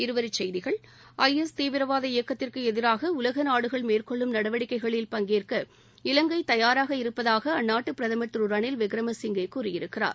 இருவரிச்செய்திகள் ஐஎஸ் தீவிரவாத இயக்கத்திற்கு எதிராக உலக நாடுகள் மேற்கொள்ளும் நடவடிக்கைகளில் பங்கேற்க இலங்கை தயாராக இருப்பதாக அந்நாட்டு பிரதமர் திரு ரனில் விக்ரமசிங்கே கூறியிருக்கிறார்